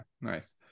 Nice